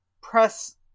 press